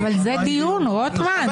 זה דיון, רוטמן.